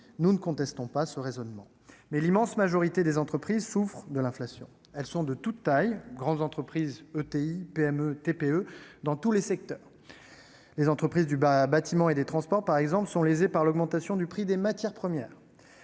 Je ne conteste pas ce raisonnement. Toutefois, l'immense majorité des entreprises souffrent de l'inflation. Elles sont de toutes les tailles- grandes entreprises, ETI, PME, TPE -et opèrent dans tous les secteurs. Les entreprises du bâtiment et des transports sont lésées par l'augmentation du prix des matières premières.